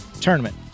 tournament